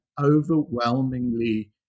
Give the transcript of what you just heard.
overwhelmingly